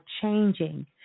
changing